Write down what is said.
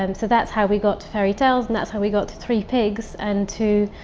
um so that's how we got to fairy tales and that's how we got to three pigs and to.